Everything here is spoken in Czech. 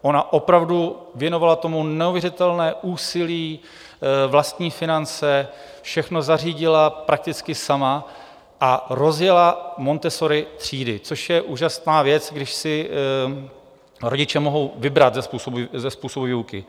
Ona opravdu věnovala tomu neuvěřitelné úsilí, vlastní finance, všechno zařídila prakticky sama a rozjela Montessori třídy, což je úžasná věc, když si rodiče mohou vybrat ze způsobů výuky.